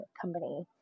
company